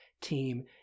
team